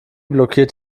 blockiert